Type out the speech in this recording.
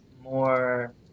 more